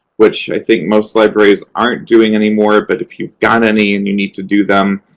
which i think most libraries aren't doing anymore, but if you've got any and you need to do them,